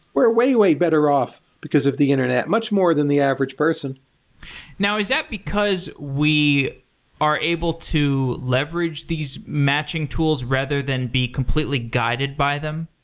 we're way, way better off because of the internet, much more than the average person is that because we are able to leverage these matching tools rather than be completely guided by them?